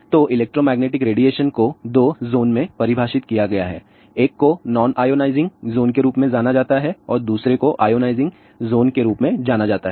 तो electromagnetic radiation को 2 zone में परिभाषित किया गया है एक को नॉनआयोनाइजिंग जोन के रूप में जाना जाता है दूसरे को आयोनाइजिंग जोन के रूप में जाना जाता है